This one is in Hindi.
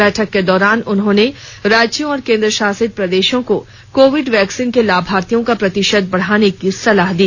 बैठक के दौरान उन्होंने राज्यों और केंद्रशासित प्रदेशों को कोविड वैक्सीन के लाभार्थियों का प्रतिशत बढ़ाने की सलाह दी